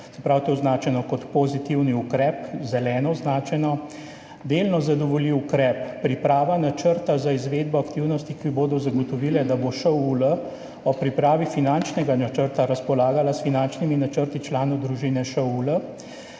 pravi, to je označeno kot pozitivni ukrep, zeleno označeno. Delno zadovoljiv ukrep: priprava načrta za izvedbo aktivnosti, ki bodo zagotovile, da bo ŠOUL ob pripravi finančnega načrta razpolagala s finančnimi načrti članov družine ŠOUL,